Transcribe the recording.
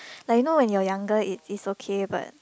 like you know when you are younger is is okay but